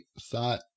thought